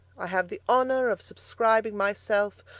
i have the honour of subscribing myself,